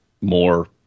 more